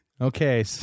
Okay